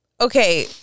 Okay